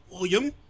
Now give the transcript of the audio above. William